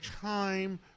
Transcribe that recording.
time